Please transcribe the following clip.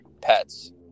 pets